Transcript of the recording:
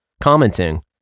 commenting